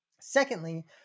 Secondly